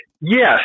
yes